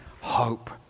hope